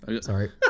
Sorry